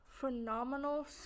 phenomenal